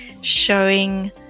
showing